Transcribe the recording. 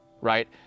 right